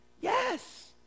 yes